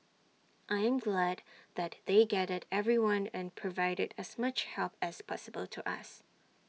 I am glad that they gathered everyone and provided as much help as possible to us